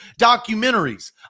documentaries